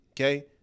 Okay